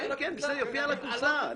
יופיע על הקופסא.